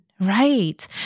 Right